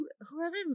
whoever